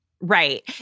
Right